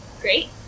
Great